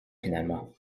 finalement